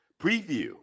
Preview